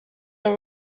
are